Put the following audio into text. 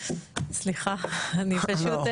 סליחה, אני פשוט,